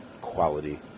quality